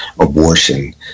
abortion